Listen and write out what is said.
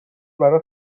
برا